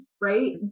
right